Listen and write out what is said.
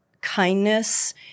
kindness